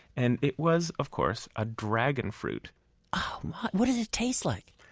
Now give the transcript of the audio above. and it was, of course, a dragon fruit what did it taste like?